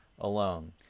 alone